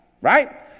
right